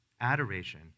Adoration